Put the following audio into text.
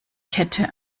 kette